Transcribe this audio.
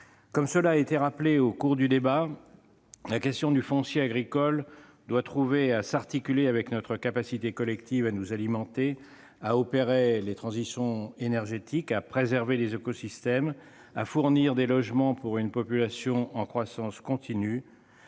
Comme cela a été rappelé au cours du débat, la question du foncier agricole doit trouver à s'articuler avec notre capacité collective à nous alimenter, à opérer la transition énergétique, à préserver les écosystèmes, à fournir des logements pour une population en croissance continue,